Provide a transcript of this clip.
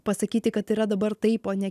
pasakyti kad yra dabar taip o ne